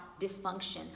dysfunction